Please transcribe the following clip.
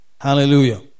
Hallelujah